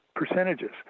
percentages